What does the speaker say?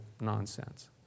nonsense